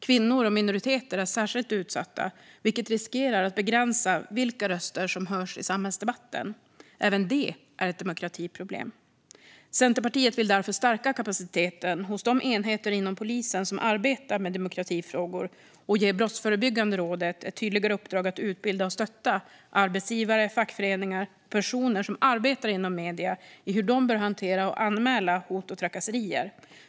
Kvinnor och minoriteter är särskilt utsatta, vilket riskerar att begränsa vilka röster som hörs i samhällsdebatten. Även det är ett demokratiproblem. Centerpartiet vill därför stärka kapaciteten hos de enheter inom polisen som arbetar med demokratifrågor och ge Brottsförebyggande rådet ett tydligare uppdrag att utbilda och stötta arbetsgivare, fackföreningar och personer som arbetar inom media i hur de bör hantera och anmäla hot och trakasserier.